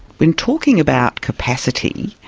when talking about capacity,